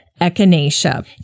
Echinacea